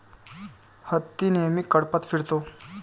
हत्ती नेहमी कळपात फिरतो